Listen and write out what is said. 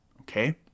okay